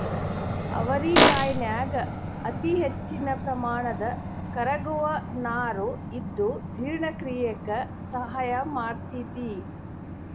ಅವರಿಕಾಯನ್ಯಾಗ ಅತಿಹೆಚ್ಚಿನ ಪ್ರಮಾಣದ ಕರಗುವ ನಾರು ಇದ್ದು ಜೇರ್ಣಕ್ರಿಯೆಕ ಸಹಾಯ ಮಾಡ್ತೆತಿ